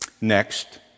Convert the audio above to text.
Next